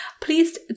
please